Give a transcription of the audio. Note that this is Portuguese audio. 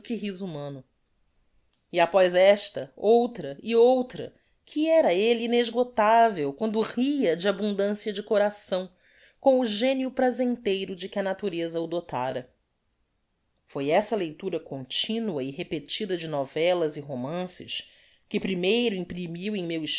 humano e apoz esta outra e outra que era elle inexgotavel quando ria de abundancia de coração com o genio prazenteiro de que a natureza o dotara foi essa leitura continua e repetida de novellas e romances que primeiro imprimio em meu